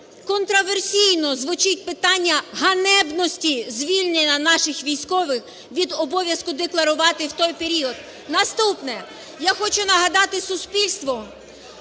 контраверсійно звучить питання ганебності звільнення наших військових від обов'язку декларувати в той період. Наступне. Я хочу нагадати суспільству,